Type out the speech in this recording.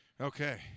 Okay